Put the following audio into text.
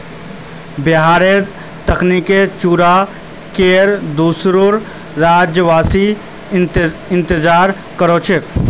बिहारेर कतरनी चूड़ार केर दुसोर राज्यवासी इंतजार कर छेक